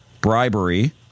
bribery